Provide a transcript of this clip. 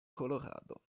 colorado